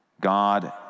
God